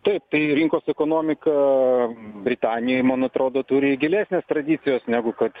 taip tai rinkos ekonomiką britanijoj man atrodo turi gilesnes tradicijas negu kad